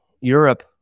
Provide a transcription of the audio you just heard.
Europe